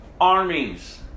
armies